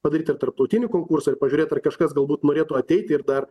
padaryt ir tarptautinį konkursą ir pažiūrėti ar kažkas galbūt norėtų ateiti ir dar